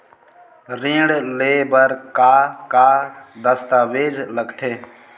ऋण ले बर का का दस्तावेज लगथे?